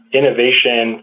innovation